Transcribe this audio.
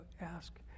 ask